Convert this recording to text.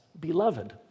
beloved